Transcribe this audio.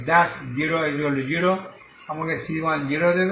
আমাকে c10 দেবে